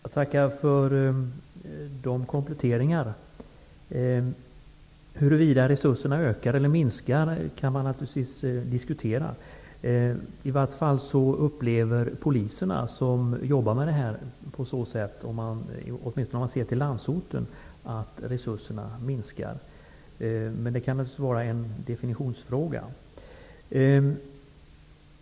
Fru talman! Jag tackar för de kompletteringarna. Man kan naturligtvis diskutera huruvida resurserna ökar eller minskar. De poliser som jobbar med detta, åtminstone i landsorten, upplever att resurserna minskar. Det kan naturligtvis vara en definitionsfråga.